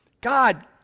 God